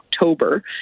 October